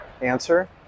Answer